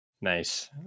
Nice